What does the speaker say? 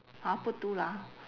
hor put two lah